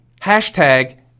Hashtag